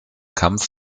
kampf